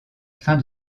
fin